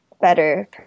better